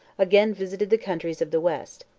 again visited the countries of the west.